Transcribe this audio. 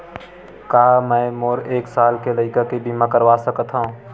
का मै मोर एक साल के लइका के बीमा करवा सकत हव?